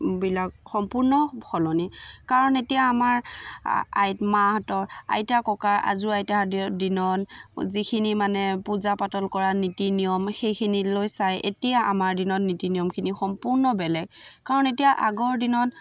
বিলাক সম্পূৰ্ণ সলনি কাৰণ এতিয়া আমাৰ আই মাহঁতৰ আইতা ককা আজো আইতা দিনত যিখিনি মানে পূজা পাতল কৰা নীতি নিয়ম সেইখিনিলৈ চাই এতিয়া আমাৰ দিনত নীতি নিয়মখিনি সম্পূৰ্ণ বেলেগ কাৰণ এতিয়া আগৰ দিনত